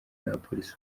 n’abapolisi